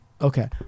Okay